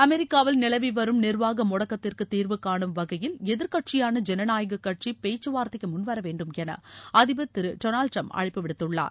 அமெரிக்காவில் நிலவி வரும் நிா்வாக முடக்கத்திற்கு தீர்வுகாணும் வகையில் எதிர்கட்சியான ஜனநாயக கட்சி பேச்சுவார்த்தைக்கு முன்வரவேண்டும் என அதிபர் திரு டொனால்டு டிரம்ப் அழைப்பு விடுத்துள்ளார்